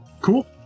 Cool